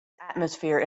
atmosphere